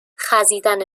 خزیدن